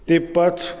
taip pat